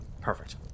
perfect